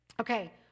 Okay